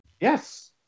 Yes